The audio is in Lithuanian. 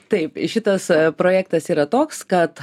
taip šitas projektas yra toks kad